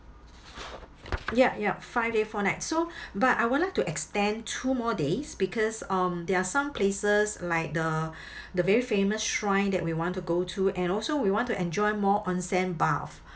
yup yup five day four nights so but I would like to extend two more days because um there are some places like the the very famous shrine that we want to go to and also we want to enjoy more onsen bath